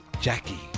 Jackie